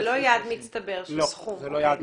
זה לא יעד מצטבר של סכום.